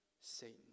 Satan